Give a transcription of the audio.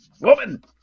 woman